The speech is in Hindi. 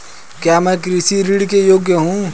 क्या मैं कृषि ऋण के योग्य हूँ?